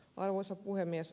arvoisa puhemies